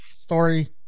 story